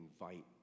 invite